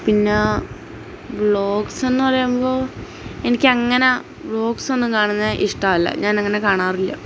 പിന്നാ വ്ളോഗ്സെന്ന് പറയുമ്പോള് എനിക്കങ്ങനെ വ്ളോഗ്സൊന്നും കാണുന്നത് ഇഷ്ടമല്ല ഞാനങ്ങനെ കാണാറില്ല